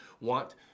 want